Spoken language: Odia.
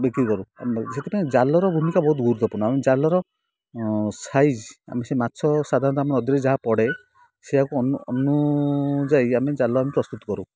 ବିକ୍ରି କରୁ ସେଥିପାଇଁ ଜାଲର ଭୂମିକା ବହୁତ ଗୁରୁତ୍ଵପୂର୍ଣ୍ଣ ଆମେ ଜାଲର ସାଇଜ ଆମେ ସେ ମାଛ ସାଧାରଣତଃ ଆମ ନଦୀରେ ଯାହା ପଡ଼େ ସେୟାକୁ ଅନୁଯାଇ ଆମେ ଜାଲ ଆମେ ପ୍ରସ୍ତୁତ କରୁ